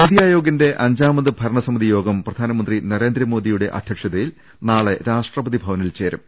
നിതി ആയോഗിന്റെ അഞ്ചാമത് ഭരണസമിതി യോഗം പ്രധാന മന്ത്രി നരേന്ദ്രമോദിയുടെ അധ്യക്ഷതയിൽ നാളെ രാഷ്ട്രപതി ഭവ നിൽ ചേരും